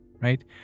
right